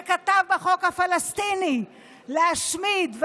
שכתב בחוק הפלסטיני להשמיד,